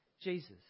Jesus